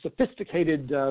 sophisticated